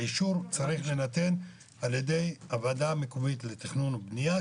האישור צריך להינתן על-ידי הוועדה המקומית לתכנון ובנייה,